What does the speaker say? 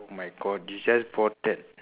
oh my god you just bought that